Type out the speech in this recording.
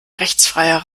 rechtsfreier